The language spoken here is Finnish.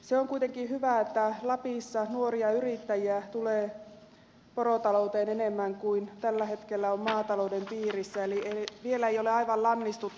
se on kuitenkin hyvä että lapissa nuoria yrittäjiä tulee porotalouteen enemmän kuin tällä hetkellä on maatalouden piirissä eli vielä ei ole aivan lannistuttu